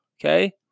Okay